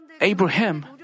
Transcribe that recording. Abraham